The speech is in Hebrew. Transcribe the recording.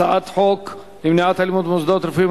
הצעת חוק למניעת אלימות במוסדות רפואיים,